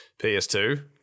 PS2